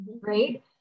right